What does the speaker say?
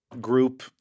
group